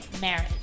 Marriage